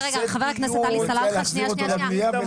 נעשה דיון ונחזיר אותו למליאה.